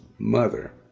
mother